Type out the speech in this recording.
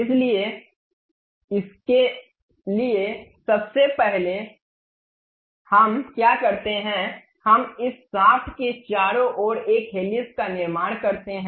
इसलिए इसके लिए सबसे पहले हम क्या करते हैं हम इस शाफ्ट के चारों ओर एक हेलिक्स का निर्माण करते हैं